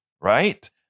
right